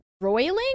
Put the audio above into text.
roiling